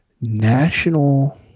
national